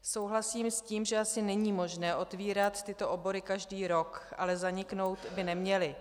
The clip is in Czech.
Souhlasím s tím, že asi není možné otevírat tyto obory každý rok, ale zaniknout by neměly.